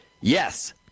yes